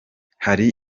hari